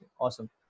awesome